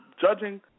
judging